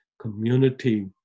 community